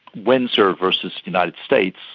windsor versus the united states,